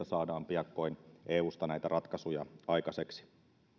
saadaan piakkoin näitä ratkaisuja aikaiseksi